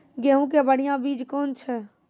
गेहूँ के बढ़िया बीज कौन छ?